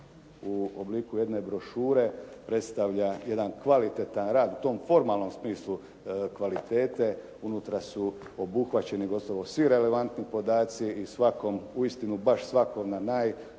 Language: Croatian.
u obliku jedne brošure predstavlja jedan kvalitetan rad u tom formalnom smislu kvalitete, unutra su obuhvaćeni gotovo svi relevantni podaci i svakom, uistinu baš svakom na najbolji